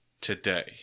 today